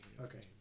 okay